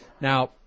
Now